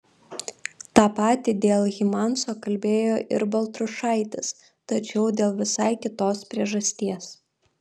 tą patį dėl hymanso kalbėjo ir baltrušaitis tačiau dėl visai kitos priežasties